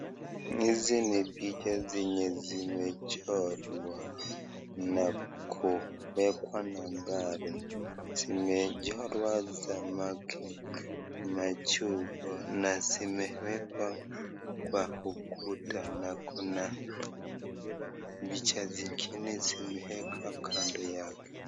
Hizi ni picha zenye zimechorwa, na kuwekwa nambari, zimechorwa za machupa na zimewekwa kwa ukuta na kuna picha zingine zimewekwa kando yake.